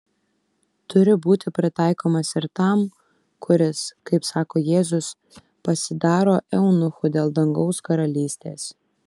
turi būti pritaikomas ir tam kuris kaip sako jėzus pasidaro eunuchu dėl dangaus karalystės